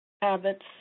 habits